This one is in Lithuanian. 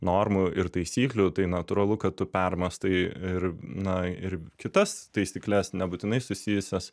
normų ir taisyklių tai natūralu kad tu permąstai ir na ir kitas taisykles nebūtinai susijusias